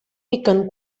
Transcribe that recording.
piquen